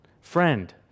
Friend